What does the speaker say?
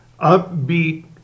upbeat